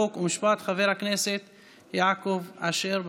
חוק ומשפט חבר הכנסת יעקב אשר,